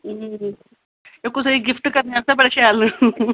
ते एह् कुसै गी गिफ्ट करने आस्तै बड़े शैल न